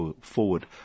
forward